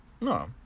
No